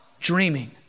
dreaming